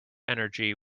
energy